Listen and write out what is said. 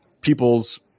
people's